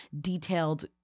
detailed